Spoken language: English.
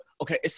Okay